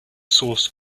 source